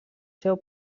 seu